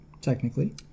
technically